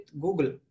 google